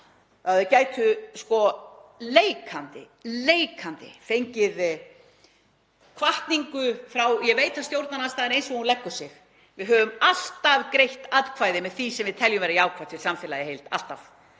og gætu leikandi fengið hvatningu frá. Ég veit að stjórnarandstaðan eins og hún leggur sig, við höfum alltaf greitt atkvæði með því sem við teljum vera jákvætt fyrir samfélagið í heild, alltaf.